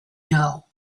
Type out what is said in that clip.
know